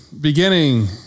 beginning